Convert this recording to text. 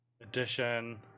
edition